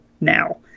now